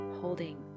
Holding